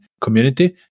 community